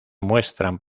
muestran